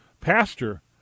Pastor